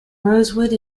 rosewood